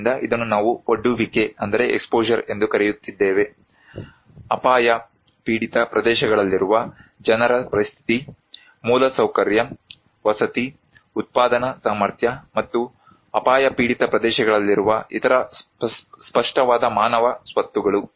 ಆದ್ದರಿಂದ ಇದನ್ನು ನಾವು ಒಡ್ಡುವಿಕೆ ಎಂದು ಕರೆಯುತ್ತಿದ್ದೇವೆ ಅಪಾಯ ಪೀಡಿತ ಪ್ರದೇಶಗಳಲ್ಲಿರುವ ಜನರ ಪರಿಸ್ಥಿತಿ ಮೂಲಸೌಕರ್ಯ ವಸತಿ ಉತ್ಪಾದನಾ ಸಾಮರ್ಥ್ಯ ಮತ್ತು ಮತ್ತು ಅಪಾಯ ಪೀಡಿತ ಪ್ರದೇಶಗಳಲ್ಲಿರುವ ಇತರ ಸ್ಪಷ್ಟವಾದ ಮಾನವ ಸ್ವತ್ತುಗಳು